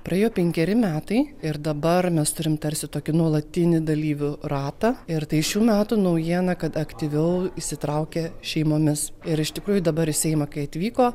praėjo penkeri metai ir dabar mes turim tarsi tokį nuolatinį dalyvių ratą ir tai šių metų naujiena kad aktyviau įsitraukia šeimomis ir iš tikrųjų dabar į seimą kai atvyko